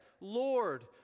Lord